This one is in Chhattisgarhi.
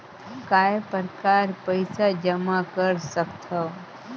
काय प्रकार पईसा जमा कर सकथव?